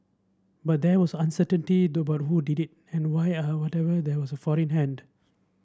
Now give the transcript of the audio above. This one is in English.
but there was uncertainty to about who did it and why and whatever there was a foreign hand